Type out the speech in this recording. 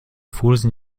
vorlesen